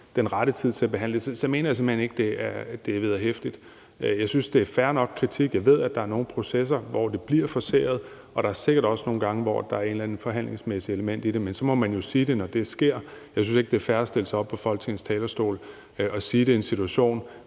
den rette tid til at behandle det, mener jeg simpelt hen, at det er uvederhæftigt. Jeg synes, at noget af kritikken er fair, og jeg ved, at der er nogle processer, hvor det bliver forceret, og at der sikkert også nogle gange, hvor der kan peges på et eller andet forhandlingsmæssigt element i det, men så må man jo sige det, når det sker. Jeg synes ikke, det er fair at stille sig op på Folketingets talerstol og sige det i en situation,